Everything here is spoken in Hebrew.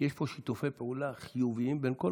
שיש פה שיתופי פעולה חיוביים בין כל